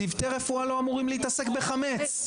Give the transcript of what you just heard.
צוותי רפואה לא אמורים להתעסק בחמץ.